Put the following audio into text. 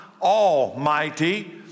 almighty